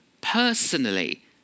personally